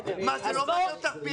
זה לא מעניין אותך?